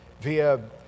via